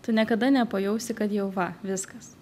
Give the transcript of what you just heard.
tu niekada nepajausi kad jau va viskas